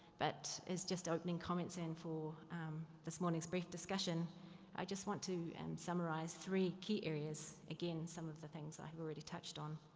but is just opening comments and for this mornings brief discussion i just want to and summarize three key areas again, some of the things i have already touched on.